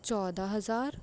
ਚੌਦਾਂ ਹਜ਼ਾਰ